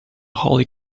holy